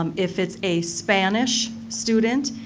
um if it's a spanish student,